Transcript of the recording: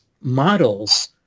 models